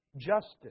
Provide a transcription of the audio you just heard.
Justice